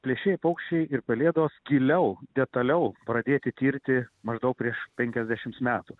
plėšrieji paukščiai ir pelėdos giliau detaliau pradėti tirti maždaug prieš penkiasdešimts metų